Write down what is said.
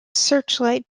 searchlight